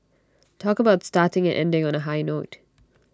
talk about starting and ending on A high note